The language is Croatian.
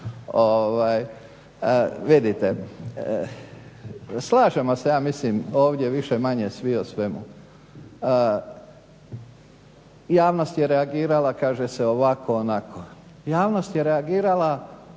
… Slažemo se ja mislim više-manje svi o svemu. Javnost je reagirala kaže se ovako onako, javnost je reagirala